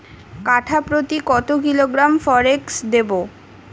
কাঠাপ্রতি কত কিলোগ্রাম ফরেক্স দেবো?